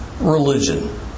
religion